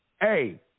hey